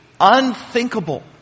unthinkable